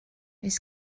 oes